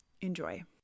Enjoy